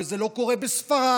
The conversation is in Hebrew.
זה לא קורה בספרד,